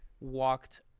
walked